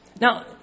Now